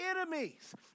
enemies